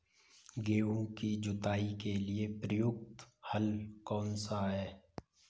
गेहूँ की जुताई के लिए प्रयुक्त हल कौनसा है?